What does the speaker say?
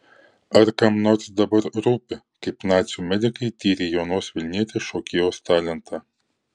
ar kam nors dabar rūpi kaip nacių medikai tyrė jaunos vilnietės šokėjos talentą